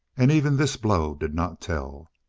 and even this blow did not tell.